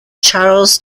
charles